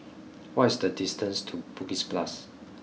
what is the distance to Bugis plus